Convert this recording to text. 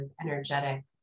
energetic